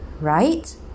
right